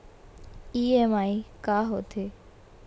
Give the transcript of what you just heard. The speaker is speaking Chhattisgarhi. ई.एम.आई का होथे?